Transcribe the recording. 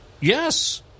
Yes